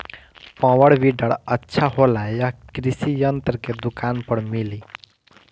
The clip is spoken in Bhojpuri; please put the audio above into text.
पॉवर वीडर अच्छा होला यह कृषि यंत्र के दुकान पर मिली?